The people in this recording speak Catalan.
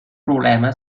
problema